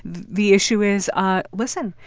the issue is, ah listen.